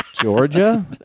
Georgia